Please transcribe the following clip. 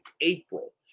April